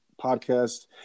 podcast